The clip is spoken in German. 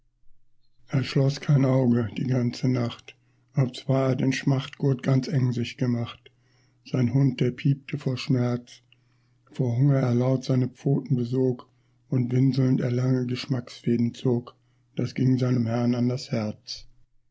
er schloß kein auge die ganze nacht obzwar er den schmachtgurt ganz eng sich gemacht sein hund der piepte vor schmerz vor hunger er laut seine pfoten besog und winselnd er lange geschmacksfäden zog das ging seinem herrn an das herz